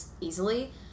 easily